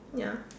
ya